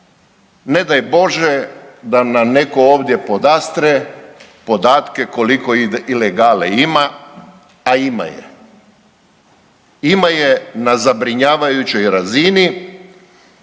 Ne daj Bože da nam netko ovdje podastre podatke koliko ilegale ima, a ima je, ima je na zabrinjavajućoj razini.